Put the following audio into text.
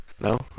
No